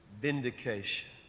vindication